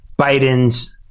Biden's